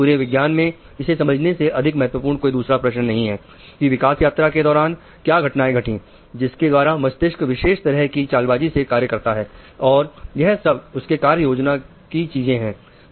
पूरे विज्ञान में इसे समझने से अधिक महत्वपूर्ण कोई दूसरा प्रश्न नहीं है कि विकास यात्रा के दौरान क्या घटनाएं घटी जिसके द्वारा मस्तिष्क विशेष तरह की चालबाजी से कार्य करता है और यह सब उसके कार्य योजना की चीजें हैं